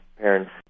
parents